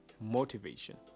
motivation